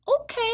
Okay